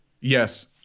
Yes